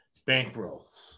bankrolls